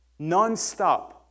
nonstop